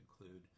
include